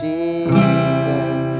Jesus